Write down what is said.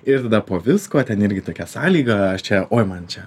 ir po visko ten irgi tokia sąlyga aš čia oi man čia